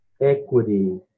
equity